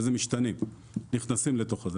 איזה משתנים נכנסים לתוך זה.